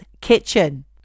kitchen